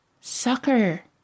sucker